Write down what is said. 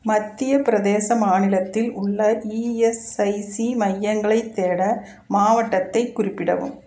மத்திய பிரதேசம் மாநிலத்தில் உள்ள இஎஸ்ஐசி மையங்களைத் தேட மாவட்டத்தைக் குறிப்பிடவும்